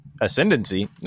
ascendancy